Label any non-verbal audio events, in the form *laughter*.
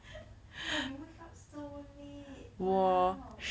*laughs* but you wake up so early !walao!